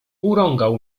urągał